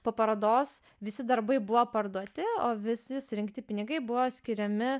po parodos visi darbai buvo parduoti o visi surinkti pinigai buvo skiriami